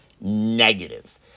negative